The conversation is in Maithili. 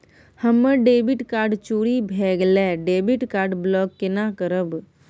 हमर डेबिट कार्ड चोरी भगेलै डेबिट कार्ड ब्लॉक केना करब?